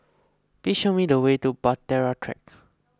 please show me the way to Bahtera Track